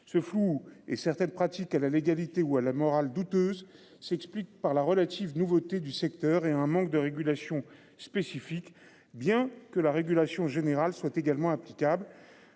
Ce flou et certaines pratiques à la légalité ou à la morale douteuse s'explique par la relative nouveauté du secteur et un manque de régulation spécifique. Bien que la régulation générale soit également applicable.